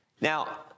Now